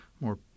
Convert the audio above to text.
more